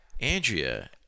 andrea